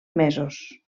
mesos